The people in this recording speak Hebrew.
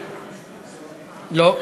לא.